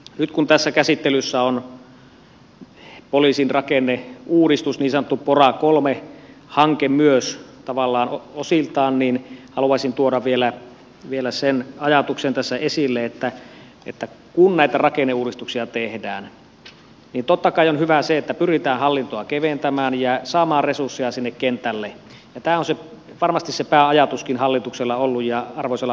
nyt kun tässä käsittelyssä on poliisin rakenneuudistus niin sanottu pora iii hanke myös tavallaan osiltaan niin haluaisin tuoda vielä sen ajatuksen tässä esille että kun näitä rakenneuudistuksia tehdään niin totta kai on hyvä se että pyritään hallintoa keventämään ja saamaan resursseja sinne kentälle ja tämä on varmasti se pääajatuskin hallituksella ollut ja arvoisalla ministerillä tässä